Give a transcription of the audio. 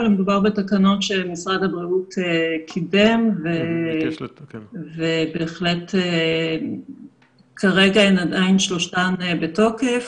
אבל מדובר בתקנות שמשרד הבריאות קידם ובהחלט כרגע עדיין השלוש בתוקף.